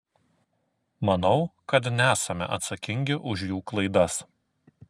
manau kad nesame atsakingi už jų klaidas